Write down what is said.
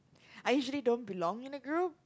I usually don't belong in the group